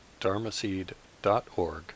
dharmaseed.org